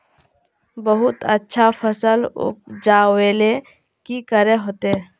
बहुत अच्छा फसल उपजावेले की करे होते?